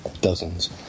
dozens